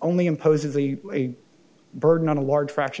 only imposes a burden on a large fraction of